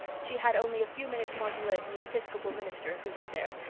she had only a few minutes more to live and the episcopal minister, who was there,